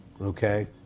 Okay